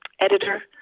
editor